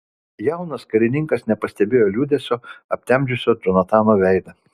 jaunas karininkas nepastebėjo liūdesio aptemdžiusio džonatano veidą